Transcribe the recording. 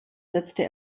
setzte